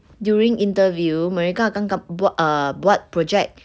during interview mereka akan ka~ bu~ err buat project